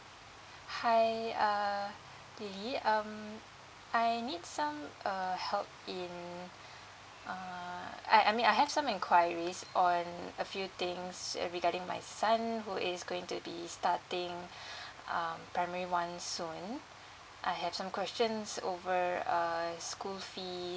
hi uh lily um I need some uh help in err I I mean I have some enquiries on a few things uh regarding my son who is going to be starting um primary one soon I have some questions over err school fees